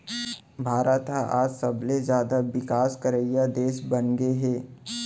भारत ह आज सबले जाता बिकास करइया देस बनगे हे